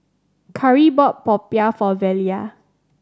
Kari bought popiah for Velia